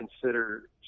consider